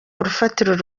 urufatiro